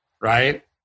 Right